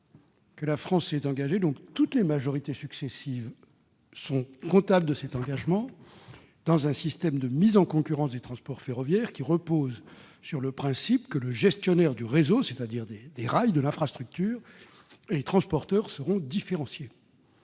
que la France s'est engagée- toutes les majorités successives sont donc comptables de cet engagement -dans un système de mise en concurrence des transports ferroviaires reposant sur le principe que le gestionnaire du réseau, c'est-à-dire des rails, de l'infrastructure, et les transporteurs sont différenciés.